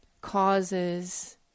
causes